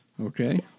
Okay